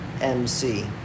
MC